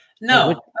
No